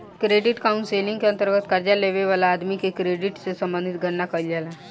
credit counselling के अंतर्गत कर्जा लेबे वाला आदमी के क्रेडिट से संबंधित गणना कईल जाला